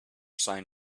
sign